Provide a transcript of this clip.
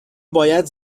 باید